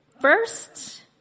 first